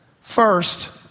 First